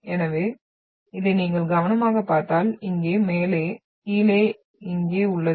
எனவே இதை நீங்கள் கவனமாகப் பார்த்தால் இங்கே மேலே கீழே இங்கே உள்ளது